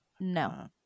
no